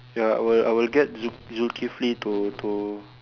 ya I will I will get Zukifli to to